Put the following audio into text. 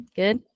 good